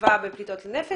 שנקבה בפליטות לנפש.